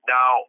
Now